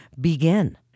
begin